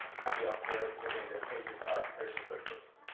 can be observed within the pages of persian cookbooks.